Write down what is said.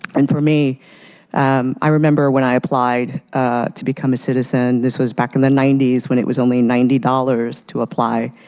and for me um i remember when i applied to become a citizen, this was back in the ninety s when it was only ninety dollars to apply.